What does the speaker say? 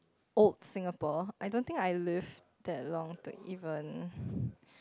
old Singapore I don't think I lived that long to even